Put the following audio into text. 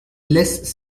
lès